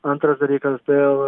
antras dalykas dėl